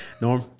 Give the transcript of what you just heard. Norm